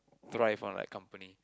thrive on like company